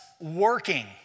working